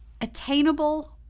attainable